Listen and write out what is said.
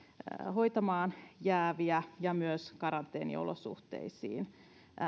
hoitamaan jääviä ja myös karanteeniolosuhteisiin